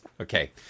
okay